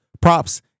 props